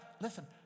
listen